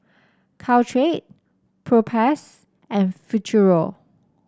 Caltrate Propass and Futuro